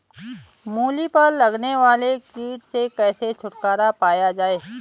मूली पर लगने वाले कीट से कैसे छुटकारा पाया जाये?